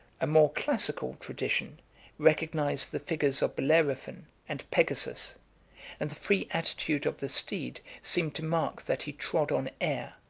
a more classical tradition recognized the figures of bellerophon and pegasus and the free attitude of the steed seemed to mark that he trod on air,